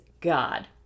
God